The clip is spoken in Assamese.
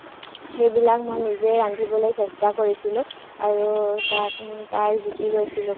সেইবিলাক মই নিজে ৰান্ধিবলৈ চেষ্টা কৰিছিলোঁ আৰু তাৰ তাৰ জুতি লৈছিলোঁ কেনে